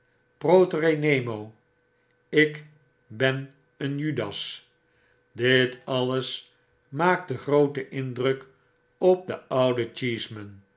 o ik ben een judas i dit alles maakte grooten indruk op den ouden